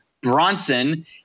Bronson